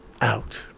out